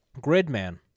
Gridman